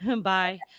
Bye